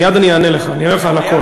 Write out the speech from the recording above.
מייד אני אענה לך, אני אענה לך על הכול.